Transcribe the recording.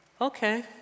okay